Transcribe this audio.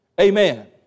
Amen